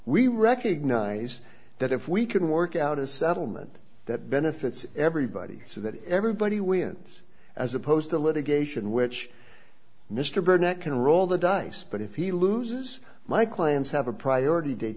we recognize that if we can work out a settlement that benefits everybody so that everybody wins as opposed to litigation which mr burnett can roll the dice but if he loses my clients have a priority date